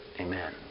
amen